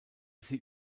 sie